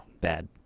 Bad